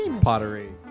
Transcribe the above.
pottery